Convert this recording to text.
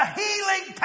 healing